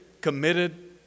committed